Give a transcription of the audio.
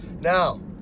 Now